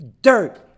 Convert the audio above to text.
dirt